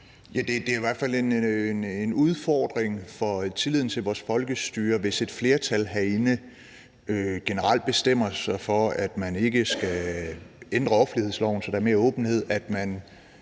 det er i hvert fald en udfordring for tilliden til vores folkestyre, hvis et flertal herinde generelt bestemmer sig for, at man ikke skal ændre offentlighedsloven, så der er mere åbenhed